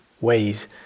ways